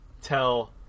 tell